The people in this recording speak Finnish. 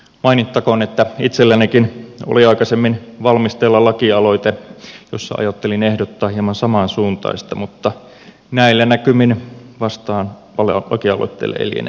mainittakoon että itsellänikin oli aikaisemmin valmisteilla lakialoite jossa ajattelin ehdottaa hieman samansuuntaista mutta näillä näkymin vastaavalle lakialoitteelle ei liene tarvetta